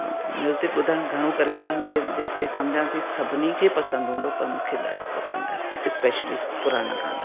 music ॿुधणु घणो करे मां जे जेसि ताईं सम्झा थी सभिनी खे पसंदि हूंदो पर मूंखे ॾाढो पसंदि आहे स्पेशली पुराणा गाना